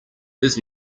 his